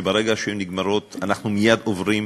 שברגע שהן נגמרות אנחנו מייד עוברים